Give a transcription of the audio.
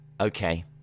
okay